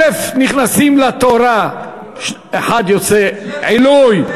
אלף נכנסים לתורה, אחד יוצא עילוי.